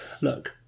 Look